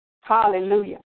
Hallelujah